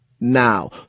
now